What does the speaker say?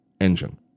engine